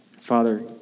Father